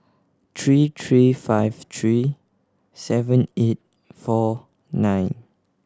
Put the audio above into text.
three three five three seven eight four nine